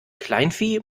kleinvieh